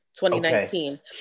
2019